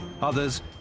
Others